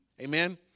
Amen